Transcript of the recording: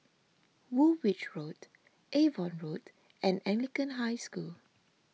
Woolwich Road Avon Road and Anglican High School